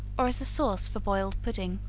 or as a sauce for boiled pudding.